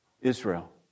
Israel